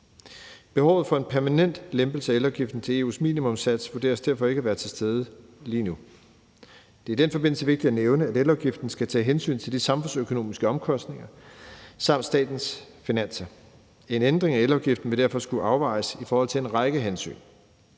Behovet for en permanent lempelse af elafgiften til EU's minimumssats vurderes derfor ikke at være til stede lige nu. Det er i den forbindelse vigtigt at nævne, at elafgiften skal tage hensyn til de samfundsøkonomiske omkostninger samt statens finanser. En ændring af elafgiften vil derfor skulle afvejes i forhold til en række hensyn.